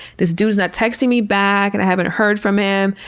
this dude's not texting me back and i haven't heard from him.